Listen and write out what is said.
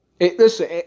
Listen